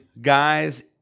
Guys